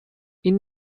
این